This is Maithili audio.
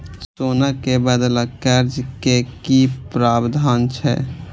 सोना के बदला कर्ज के कि प्रावधान छै?